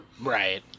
right